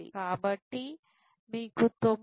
కాబట్టి మీకు 99